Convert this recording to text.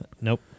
Nope